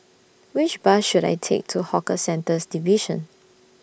Which Bus should I Take to Hawker Centres Division